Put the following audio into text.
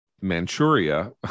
Manchuria